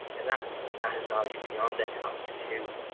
and that that has value beyond economics, too.